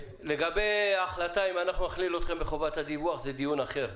לגבי ההחלטה אם נכליל אתכם בחובת הדיווח זה דיון אחר,